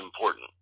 important